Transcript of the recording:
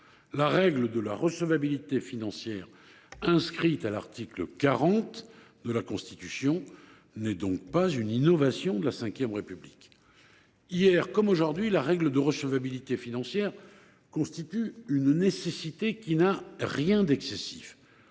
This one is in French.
La règle de la recevabilité financière, inscrite à l’article 40 de la Constitution, n’est donc pas une innovation de la V République. Hier comme aujourd’hui, la règle de la recevabilité financière constitue une nécessité qui n’a rien d’excessif.